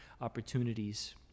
opportunities